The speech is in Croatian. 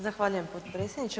Zahvaljujem potpredsjedniče.